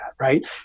right